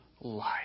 life